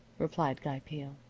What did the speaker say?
replied guy peel.